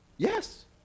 Yes